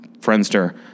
Friendster